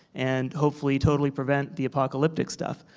and hopefully totally prevent the apocalyptic stuff.